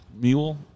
Mule